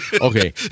Okay